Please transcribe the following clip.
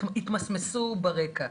התמסמסו ברקע.